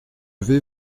vais